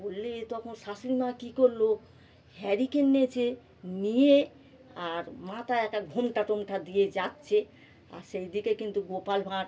বলে তখন শাশুড়ি মা কী করল হ্যারিকেন নিয়েছে নিয়ে আর মাথায় একটা ঘোমটা টোমটা দিয়ে যাচ্ছে আর সেই দিকে কিন্তু গোপাল ভাঁড়